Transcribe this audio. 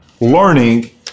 learning